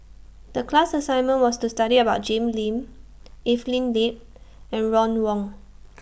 The class assignment was to study about Jim Lim Evelyn Lip and Ron Wong